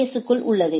S குள் உள்ளது